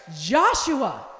joshua